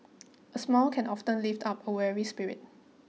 a smile can often lift up a weary spirit